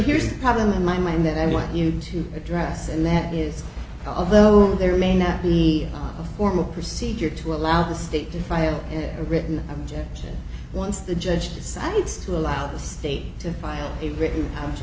here's the problem in my mind that i want you to address and that is although there may not be a formal procedure to allow the state to file a written objection once the judge decides to allow the state to file a written